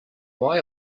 why